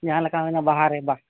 ᱡᱟᱦᱟᱸ ᱞᱮᱠᱟ ᱦᱩᱭᱮᱱᱟ ᱵᱟᱦᱟ ᱨᱮ ᱫᱟᱜ